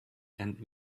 and